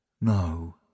No